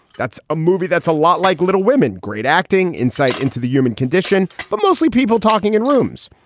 that's a movie that's a lot like little women. great acting insight into the human condition. but mostly people talking in rooms.